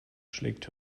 schlägt